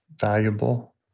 valuable